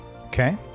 Okay